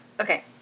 Okay